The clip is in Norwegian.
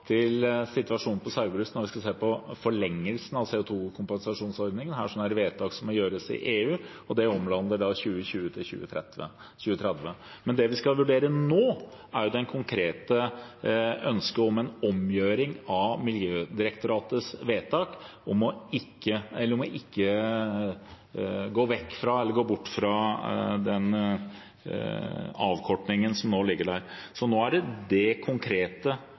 til situasjonen i Saugbrugs når vi skal se på forlengelsen av CO 2 -kompensasjonsordningen. Her er det vedtak som må gjøres i EU, og det omhandler 2020–2030. Det vi skal vurdere nå, er det konkrete ønsket om en omgjøring av Miljødirektoratets vedtak om ikke å gå bort fra avkortingen som nå ligger der. Nå gjelder det den konkrete